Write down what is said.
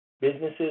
businesses